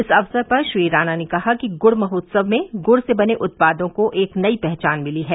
इस अवसर पर श्री राणा ने कहा कि गुड़ महोत्सव में गुड़ से बने उत्पादो को एक नई पहचान मिली है